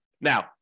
Now